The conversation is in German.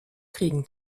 kriegen